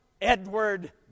Edward